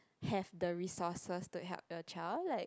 have the resources to help the child like